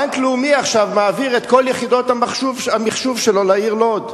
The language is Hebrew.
בנק לאומי עכשיו מעביר את כל יחידות המחשוב שלו לעיר לוד.